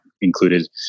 included